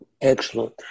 Excellent